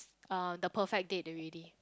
uh the perfect date already